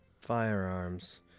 firearms